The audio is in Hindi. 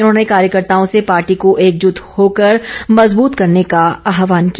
उन्होने कार्यकर्ताओं से पार्टी को एकजूट होकर मजबूत करने का आहवान किया